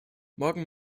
morgen